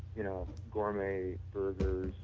you know, gourmet versus